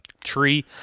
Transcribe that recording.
tree